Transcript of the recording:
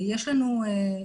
יש לנו ערכים,